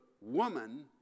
woman